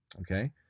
Okay